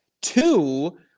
two